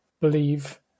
believe